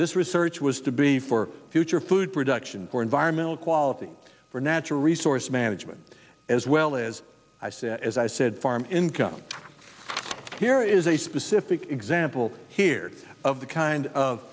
this research was to be for future food production for environmental quality for natural resource management as well as i said as i said farm income here is a specific example here of the kind of